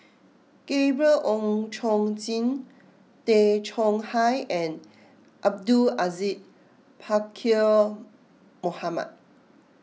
Gabriel Oon Chong Jin Tay Chong Hai and Abdul Aziz Pakkeer Mohamed